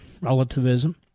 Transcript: relativism